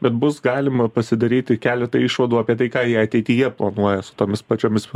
bet bus galima pasidaryti keletą išvadų apie tai ką jie ateityje planuoja su tomis pačiomis